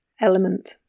element